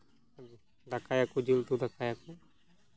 ᱫᱟᱠᱟᱭᱟ ᱠᱚ ᱡᱤᱞ ᱩᱛᱩ ᱫᱟᱠᱟᱭᱟ ᱠᱚ